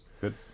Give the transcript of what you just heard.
good